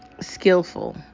skillful